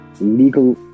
legal